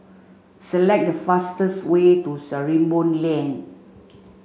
select the fastest way to Sarimbun Lane